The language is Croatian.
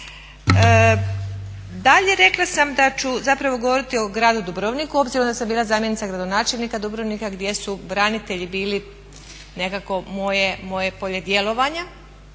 Dalje, rekla sam da ću zapravo govoriti o gradu Dubrovniku obzirom da sam bila zamjenica gradonačelnika Dubrovnika gdje su branitelji bili nekako moje polje djelovanja